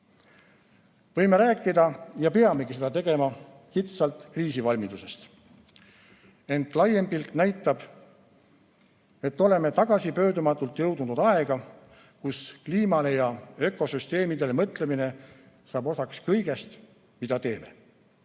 Võime rääkida, ja peamegi seda tegema, kitsalt kriisivalmidusest. Ent laiem pilt näitab, et oleme tagasipöördumatult jõudnud aega, kus kliimale ja ökosüsteemidele mõtlemine saab osaks kõigest, mida teeme,